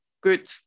good